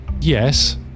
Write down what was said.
Yes